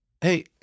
Hey